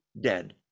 dead